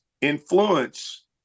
influence